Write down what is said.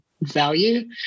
value